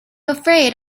afraid